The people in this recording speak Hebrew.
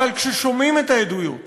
אבל כששומעים את העדויות